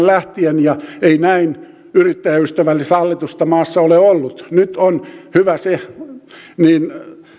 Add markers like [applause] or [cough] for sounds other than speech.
[unintelligible] lähtien ja ei näin yrittäjäystävällistä hallitusta maassa ole ollut nyt on hyvä se